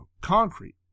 concrete